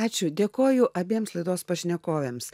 ačiū dėkoju abiems laidos pašnekovėms